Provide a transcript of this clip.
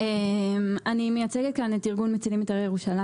אני מייצגת כאן את ארגון מצילים את העיר ירושלים.